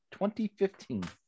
2015